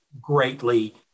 greatly